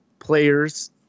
players